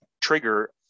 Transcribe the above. trigger